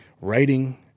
writing